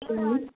okay ma'am